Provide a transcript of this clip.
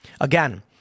Again